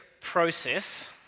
process